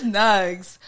nugs